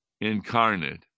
incarnate